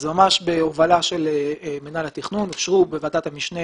ממש בהובלה של מינהל התכנון אושרו בוועדת המשנה